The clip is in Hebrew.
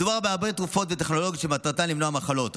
מדובר בהרבה תרופות וטכנולוגיות שמטרתן למנוע מחלות,